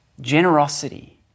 Generosity